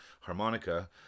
harmonica